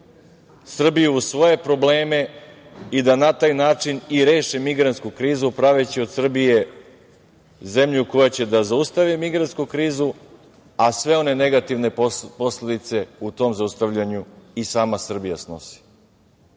Srbiju u svoje probleme i da na taj način i reše migrantsku krizu praveći od Srbije zemlju koja će da zaustavi migrantsku krizu a sve one negativne posledice u tom zaustavljanju i sama Srbija snosi. Zaista